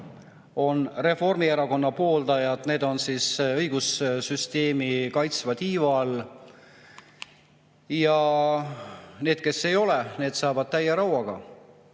on Reformierakonna pooldajad, on õigussüsteemi kaitsva tiiva all. Ja need, kes ei ole, need saavad täie rauaga.